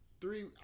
three